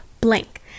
blank